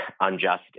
unjust